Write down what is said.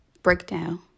Breakdown